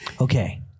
Okay